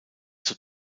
zur